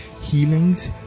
healings